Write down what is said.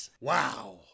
Wow